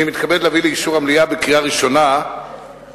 אני מתכבד להביא לאישור המליאה בקריאה ראשונה את